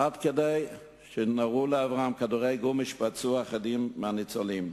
עד כדי כך שנורו לעברם כדורי גומי שפצעו אחדים מהניצולים.